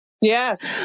Yes